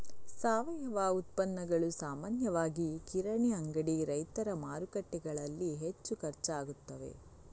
ಸಾವಯವ ಉತ್ಪನ್ನಗಳು ಸಾಮಾನ್ಯವಾಗಿ ಕಿರಾಣಿ ಅಂಗಡಿ, ರೈತರ ಮಾರುಕಟ್ಟೆಗಳಲ್ಲಿ ಹೆಚ್ಚು ಖರ್ಚಾಗುತ್ತವೆ